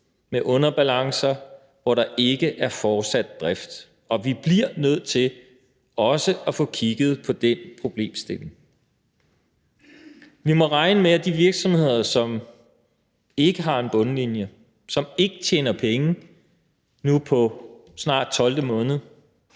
med underbalancer, hvor der ikke er fortsat drift. Og vi bliver nødt til også at få kigget på den problemstilling. Vi må regne med, at de virksomheder, som ikke har en bundlinje, og som ikke tjener penge på nu snart 12. måned,